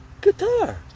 guitar